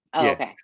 okay